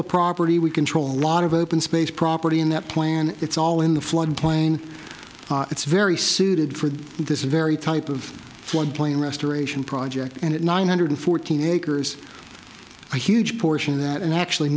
the property we control a lot of open space property in that plan it's all in the floodplain it's very suited for this very type of floodplain restoration project and it nine hundred fourteen acres a huge portion of that and actually